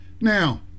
now